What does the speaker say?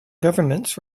government